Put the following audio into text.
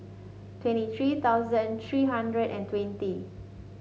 twenty three thousand three hundred and twenty